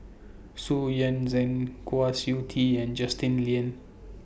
Xu Yuan Zhen Kwa Siew Tee and Justin Lean